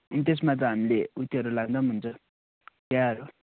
त्यसमा त हामीले उत्योहरू लाँदा हुन्छ चियाहरू